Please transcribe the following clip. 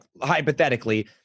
hypothetically